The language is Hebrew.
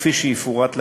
כפי שיפורט להלן.